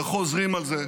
וחוזרים על זה,